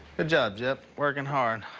ah job, jep. working hard.